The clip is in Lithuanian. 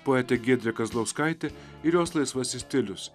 poetė giedrė kazlauskaitė ir jos laisvasis stilius